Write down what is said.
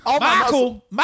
Michael